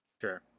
Sure